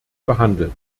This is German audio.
behandelt